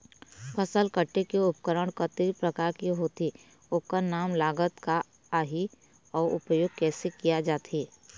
फसल कटेल के उपकरण कतेक प्रकार के होथे ओकर नाम लागत का आही अउ उपयोग कैसे किया जाथे?